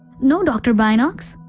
no dr. binocs,